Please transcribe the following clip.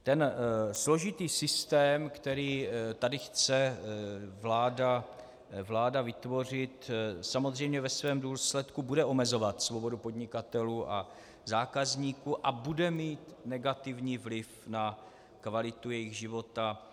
Ten složitý systém, který tady chce vláda vytvořit, samozřejmě ve svém důsledku bude omezovat svobodu podnikatelů a zákazníků a bude mít negativní vliv na kvalitu jejich života.